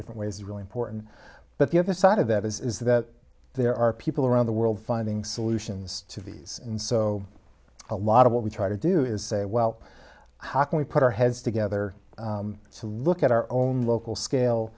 different ways really important but the other side of that is that there are people around the world finding solutions to these and so a lot of what we try to do is say well how can we put our heads together so look at our own local scale